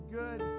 good